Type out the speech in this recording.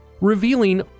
revealing